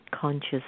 conscious